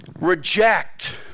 reject